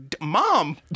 mom